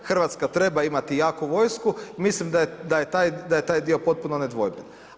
Hrvatska treba imati jaku vojsku, mislim da je taj diko potpuno nedvojben.